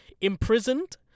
imprisoned